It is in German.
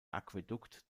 aquädukt